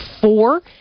four